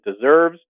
deserves